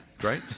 great